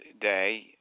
day